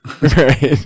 Right